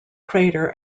crater